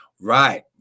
Right